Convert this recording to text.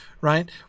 right